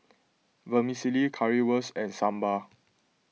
Vermicelli Currywurst and Sambar